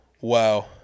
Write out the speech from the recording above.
Wow